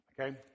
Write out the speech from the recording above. Okay